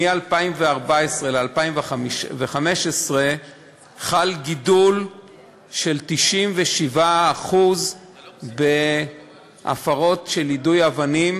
מ-2014 ל-2015 חל גידול של 97% בהפרות של יידוי אבנים,